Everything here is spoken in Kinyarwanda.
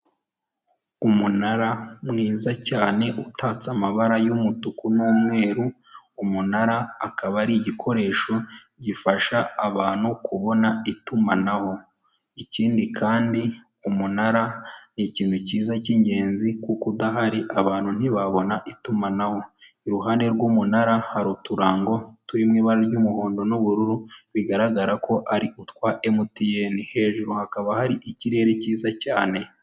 Umunara mwiza cyane, utatse amabara y'umutuku n'umweru, umunara akaba ari igikoresho gifasha abantu kubona itumanaho. Ikindi kandi, umunara ni ikintu cyiza cy'ingenzi kuko udahari abantu ntibabona itumanaho. Iruhande rw'umunara, hari uturango turi mu ibara ry'umuhondo n'ubururu bigaragara ko ari utwa MTN. Hejuru hakaba hari ikirere cyiza cyane.